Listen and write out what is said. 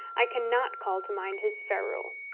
i cannot call to mind his ferule.